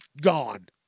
gone